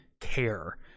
care